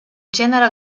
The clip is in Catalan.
gènere